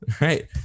Right